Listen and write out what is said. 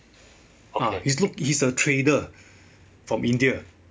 ah he's look he is a trader from india